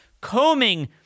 combing